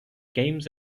games